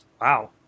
Wow